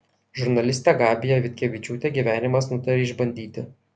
žurnalistę gabiją vitkevičiūtę gyvenimas nutarė išbandyti